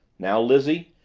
now, lizzie,